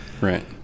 Right